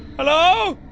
hello?